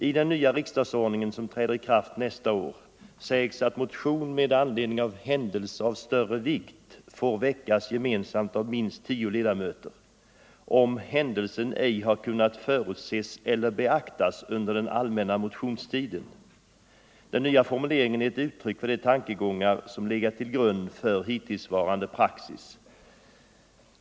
I den nya riksdagsordningen som träder i kraft nästa år sägs att motion med anledning av ”händelse av större vikt” får väckas gemensamt av minst tio ledamöter, ”om händelsen ej har kunnat förutses eller beaktas” under den allmänna motionstiden. Den nya formuleringen är ett uttryck för de tankegångar som legat till grund för hittillsvarande praxis.